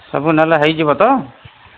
ସବୁ ନେଲେ ହୋଇଯିବ ତ